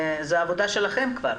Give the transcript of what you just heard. זה כבר עבודה שלכם.